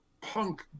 punk